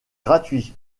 gratuit